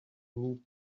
need